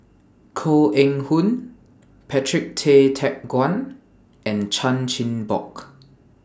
Koh Eng Hoon Patrick Tay Teck Guan and Chan Chin Bock